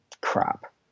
crap